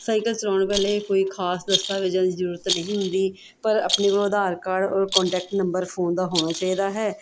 cycle ਚਲਾਉਣ ਵੇਲੇ ਕੋਈ ਖ਼ਾਸ ਦਸਤਾਵੇਜ਼ਾਂ ਦੀ ਜ਼ਰੂਰਤ ਨਹੀਂ ਹੁੰਦੀ ਪਰ ਆਪਣੇ ਕੋਲ ਆਧਾਰ ਕਾਰਡ ਔਰ ਕੋਂਟੈਕਟ ਨੰਬਰ ਫ਼ੋਨ ਦਾ ਹੋਣਾ ਚਾਹੀਦਾ ਹੈ